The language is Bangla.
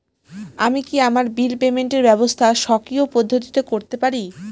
আমি কি আমার বিল পেমেন্টের ব্যবস্থা স্বকীয় পদ্ধতিতে করতে পারি?